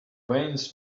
veins